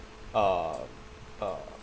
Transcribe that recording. um uh